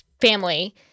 family